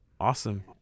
awesome